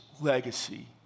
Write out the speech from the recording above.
legacy